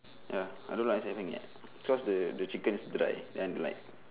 ya I don't like nasi ayam penyet cause the the chicken is dry then like